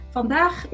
Vandaag